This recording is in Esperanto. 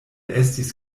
estis